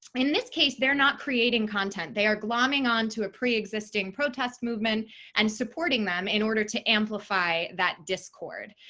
in this case, they're not creating content. they are glomming onto a pre-existing protest movement and supporting them in order to amplify that discord.